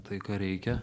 tai ką reikia